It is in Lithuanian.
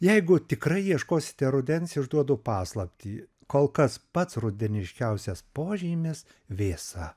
jeigu tikrai ieškosite rudens išduodu paslaptį kol kas pats rudeniškiausias požymis vėsa